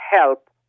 help